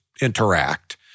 interact